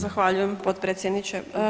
Zahvaljujem potpredsjedniče.